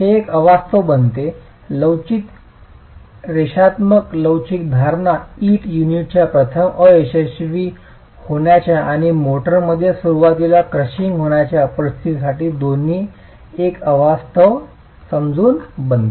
हे एक अवास्तव बनते लवचिक रेषात्मक लवचिक धारणा इंट युनिटच्या प्रथम अयशस्वी होण्याच्या किंवा मोर्टारमध्ये सुरुवातीला क्रशिंग होण्याच्या परिस्थितीसाठी दोन्ही एक अवास्तव समजूत बनते